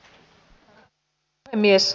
arvoisa puhemies